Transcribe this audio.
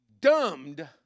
dumbed